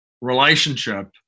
relationship